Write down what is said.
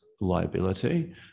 liability